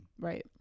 right